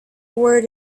word